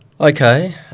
Okay